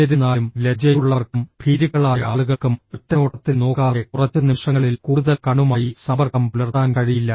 എന്നിരുന്നാലും ലജ്ജയുള്ളവർക്കും ഭീരുക്കളായ ആളുകൾക്കും ഒറ്റനോട്ടത്തിൽ നോക്കാതെ കുറച്ച് നിമിഷങ്ങളിൽ കൂടുതൽ കണ്ണുമായി സമ്പർക്കം പുലർത്താൻ കഴിയില്ല